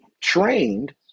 trained